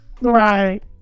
right